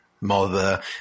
mother